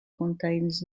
contains